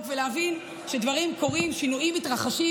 ולהבין שדברים קורים ושינויים מתרחשים,